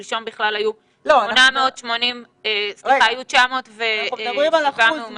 שלשום בכלל היו 907 מאומתים --- אנחנו מדברים על האחוז.